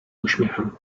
uśmiechem